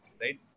right